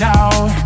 out